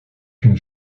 une